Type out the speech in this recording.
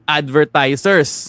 advertisers